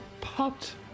Popped